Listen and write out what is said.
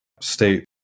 state